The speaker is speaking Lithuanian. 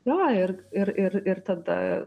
jo ir ir ir ir tada